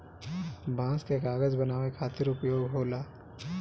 बांस कअ कागज बनावे खातिर उपयोग होला